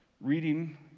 reading